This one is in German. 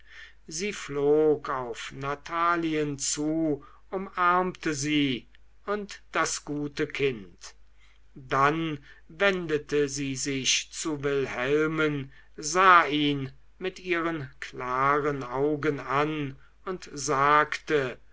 sie flog auf natalien zu umarmte sie und das gute kind dann wendete sie sich zu wilhelmen sah ihn mit ihren klaren augen an und sagte